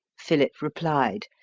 philip replied,